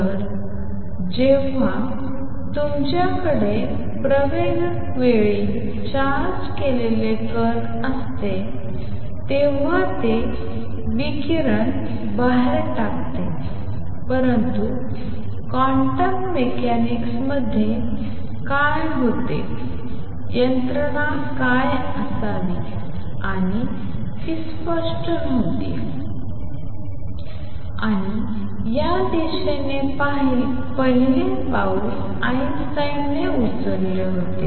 तर जेव्हा तुमच्याकडे प्रवेगक वेळी चार्ज केलेले कण असते तेव्हा ते विकिरण बाहेर टाकते परंतु क्वांटम मेकॅनिक्समध्ये काय होते यंत्रणा काय असावी आणि ती स्पष्ट नव्हती आणि या दिशेने पहिले पाऊल आइन्स्टाईनने उचलले होते